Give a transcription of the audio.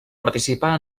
participà